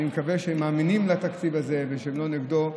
אני מקווה שהם מאמינים לתקציב הזה ושהם לא נגדו.